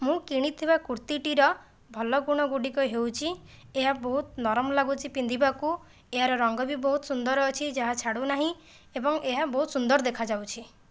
ମୁଁ କିଣିଥିବା କୁର୍ତିଟିର ଭଲ ଗୁଣ ଗୁଡ଼ିକ ହେଉଛି ଏହା ବହୁତ ନରମ ଲାଗୁଛି ପିନ୍ଧିବାକୁ ଏହାର ରଙ୍ଗ ବି ବହୁତ ସୁନ୍ଦର ଅଛି ଯାହା ଛାଡ଼ୁ ନାହିଁ ଏବଂ ଏହା ବହୁତ ସୁନ୍ଦର ଦେଖାଯାଉଛି